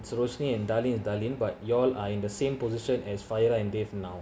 sarosne and darleen is darleen but you all are in the same position as fahira and dave now